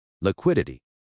Liquidity